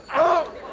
oh.